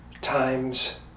times